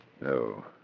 No